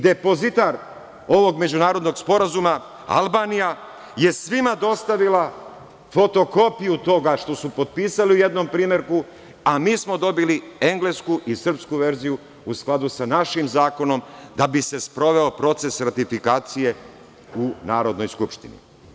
Depozitar ovog međunarodnog sporazuma - Albanija je svima dostavila fotokopiju toga što su potpisali u jednom primerku, a mi smo dobili englesku i srpsku verziju, u skladu sa našim zakonom, da bi se sproveo proces ratifikacije u Narodnoj skupštini.